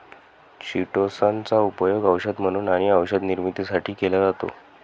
chitosan चा उपयोग औषध म्हणून आणि औषध निर्मितीसाठी केला जातो